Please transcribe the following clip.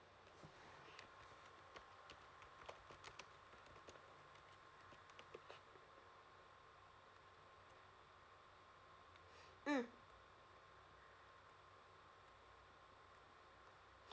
mm